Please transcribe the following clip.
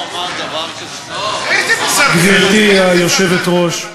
גברתי היושבת-ראש,